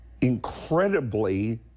incredibly